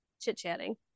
chit-chatting